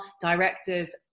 directors